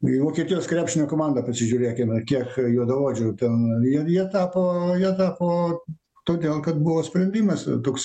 į vokietijos krepšinio komandą pasižiūrėkime kiek juodaodžių ten ir jie tapo o jie tapo todėl kad buvo sprendimas toks